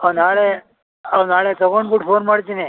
ಹಾಂ ನಾಳೆ ಹಾಂ ನಾಳೆ ತೊಗೊಂಡ್ಬಿಟ್ ಫೋನ್ ಮಾಡ್ತೀನಿ